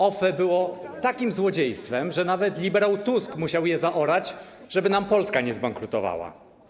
OFE było takim złodziejstwem, że nawet liberał Tusk musiał je zaorać, żeby nam Polska nie zbankrutowała.